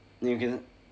then you can